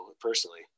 personally